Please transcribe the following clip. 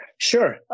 Sure